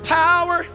power